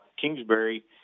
Kingsbury